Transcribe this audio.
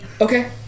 Okay